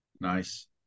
nice